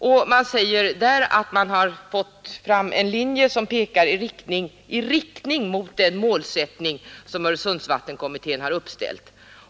I Danmark säger man sig ha fått fram en linje som pekar i riktning mot den målsättning som Öresundsvattenkommittén har uppställt.